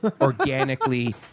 organically